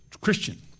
Christian